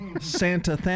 Santa